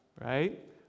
right